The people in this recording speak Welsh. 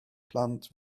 plant